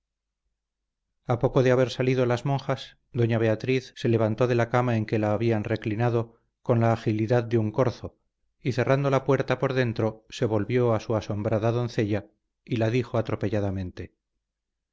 poco de haber salido las monjas doña beatriz se levantó de la cama en que la habían reclinado con la agilidad de un corzo y cerrando la puerta por dentro se volvió a su asombrada doncella y la dijo atropelladamente